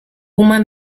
woman